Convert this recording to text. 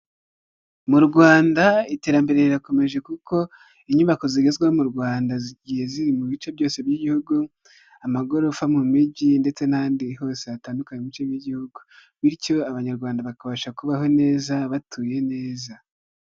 Mu Rwanda iterambere rirakomeje kuko inyubako zigezweho mu Rwanda zigiye ziri mu bice byose by'igihugu, amagorofa mu mijyi ndetse n'ahandi hose hatandukanye mu bice by'igihugu, bityo abanyarwanda bakabasha kubaho neza, batuye neza.